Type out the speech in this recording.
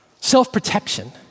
Self-protection